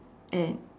and